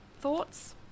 Thoughts